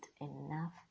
enough